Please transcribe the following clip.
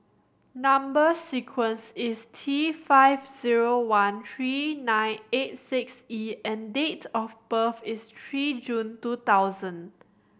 number sequence is T five zero one three nine eight six E and date of birth is three June two thousand